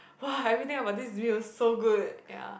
!wah! everything about this view is so good ya